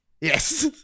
yes